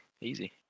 Easy